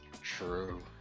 True